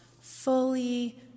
fully